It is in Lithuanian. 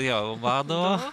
jo vado